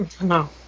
No